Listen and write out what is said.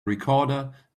recorder